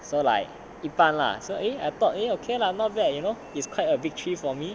so like 一般 lah so eh I thought eh okay lah not bad it's quite a victory for me